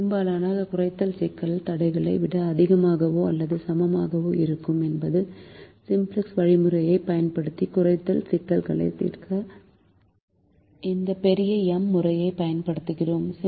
பெரும்பாலான குறைத்தல் சிக்கல்கள் தடைகளை விட அதிகமாகவோ அல்லது சமமாகவோ இருக்கும் எனவே சிம்ப்ளக்ஸ் வழிமுறையைப் பயன்படுத்தி குறைத்தல் சிக்கல்களைத் தீர்க்க இந்த பெரிய M முறையைப் பயன்படுத்துகிறோம்